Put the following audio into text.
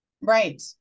Right